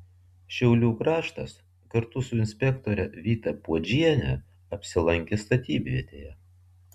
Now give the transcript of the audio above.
šiaulių kraštas kartu su inspektore vyta puodžiene apsilankė statybvietėje